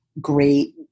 great